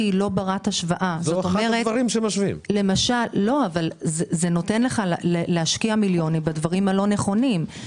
וזה יכול לגרום להשקיע מיליונים בדברים הלא נכונים.